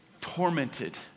tormented